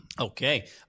Okay